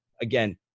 Again